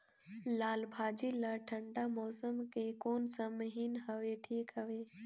लालभाजी ला ठंडा मौसम के कोन सा महीन हवे ठीक हवे?